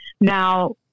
Now